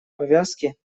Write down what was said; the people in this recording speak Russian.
повязки